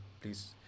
please